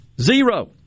Zero